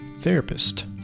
therapist